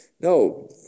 No